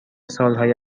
سالهای